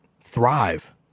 thrive